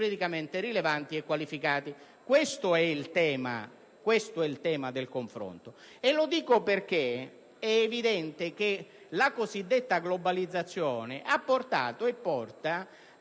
Questo è il tema del confronto